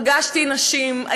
פגשתי נשים,